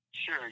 Sure